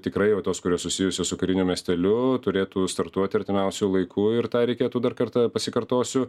tikrai o tos kurios susijusios su kariniu miesteliu turėtų startuoti artimiausiu laiku ir tą reikėtų dar kartą pasikartosiu